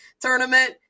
tournament